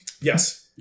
Yes